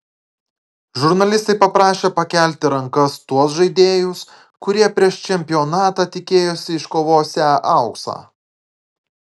žurnalistai paprašė pakelti rankas tuos žaidėjus kurie prieš čempionatą tikėjosi iškovosią auksą